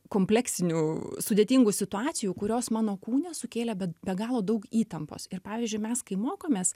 kompleksinių sudėtingų situacijų kurios mano kūne sukėlė be be galo daug įtampos ir pavyzdžiui mes kai mokomės